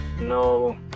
No